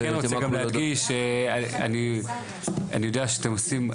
רציתי להגיד שאני יודע שאתם עושים,